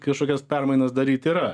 kažkokias permainas daryt yra